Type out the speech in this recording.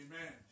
Amen